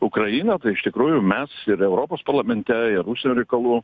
ukrainą tai iš tikrųjų mes ir europos parlamente ir užsienio reikalų